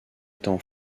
étant